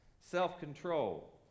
self-control